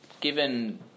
given